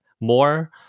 more